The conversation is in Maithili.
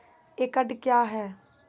एकड कया हैं?